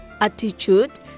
attitude